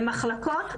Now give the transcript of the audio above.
אלה מחלקות רק לגברים.